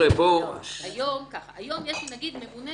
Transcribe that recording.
היום יש ממונה